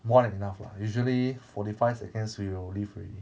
more than enough lah usually forty five seconds we will leave already